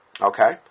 Okay